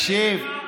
אופיר, תקשיב.